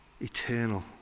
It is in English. eternal